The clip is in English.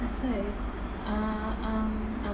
that's why err err err